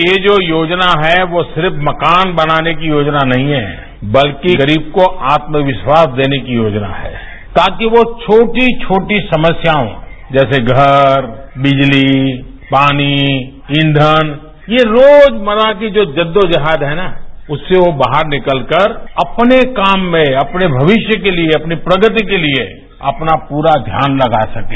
ये जो योजना है वे सिर्फ मकान बनाने की योजना नहीं है बल्कि गरीब को आत्मविश्वास देने की योजना है ताकि वो छोटी छोटी समस्याओं जैसे घर बिजली पानी ईयन ये रोजमर्ता की जो जद्मेजहद है न उप्तसे वो बाहर निकलकर अपने काम में अपने भविष्य के लिए अपनी प्रगति के लिए अपना पूरा ध्यान लगा सकें